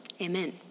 Amen